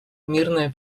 мирная